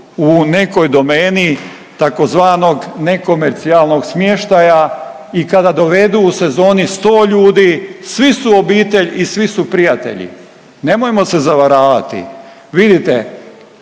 u nekoj domeni tzv. nekomercijalnog smještaja i kada dovedu u sezoni 100 ljudi svi su obitelj i svi su prijatelji. Nemojmo se zavaravati.